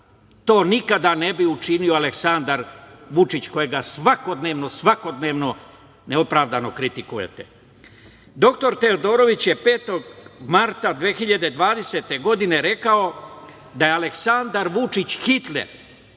To nikada ne bi učinio Aleksandar Vučić koga svakodnevno neopravdano kritikujete. Doktor Teodorović je 5. marta 2020. godine rekao da je Aleksandar Vučić Hitler,